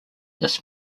this